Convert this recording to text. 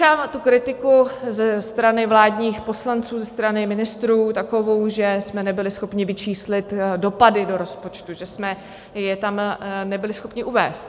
Slýchám tu kritiku ze strany vládních poslanců, ze strany ministrů takovou, že jsme nebyli schopni vyčíslit do rozpočtu, že jsme je tam nebyli schopni uvést.